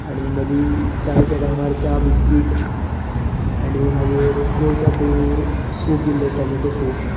आनी मदीं चायेच्या टायमार चा बिस्कीट आनी मागीर जेवच्या पयलीं सूप दिल्ले टॉमॅटो सूप